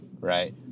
right